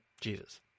Jesus